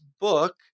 book